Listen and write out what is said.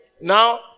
now